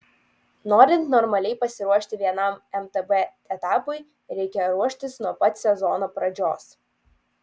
norint normaliai pasiruošti vienam mtb etapui reikia ruoštis nuo pat sezono pradžios